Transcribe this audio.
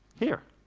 here.